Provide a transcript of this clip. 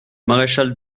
maréchal